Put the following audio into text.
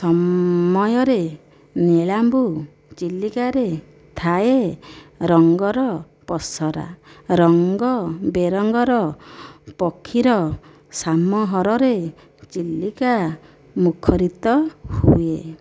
ସମୟରେ ନୀଳାମ୍ବୁ ଚିଲିକାରେ ଥାଏ ରଙ୍ଗର ପେଷାର ରଙ୍ଗ ବେରଙ୍ଗର ପକ୍ଷୀର ସମାରୋହରେ ଚିଲିକା ମୁଖରିତ ହୁଏ